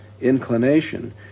inclination